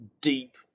deep